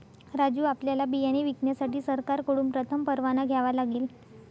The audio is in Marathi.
राजू आपल्याला बियाणे विकण्यासाठी सरकारकडून प्रथम परवाना घ्यावा लागेल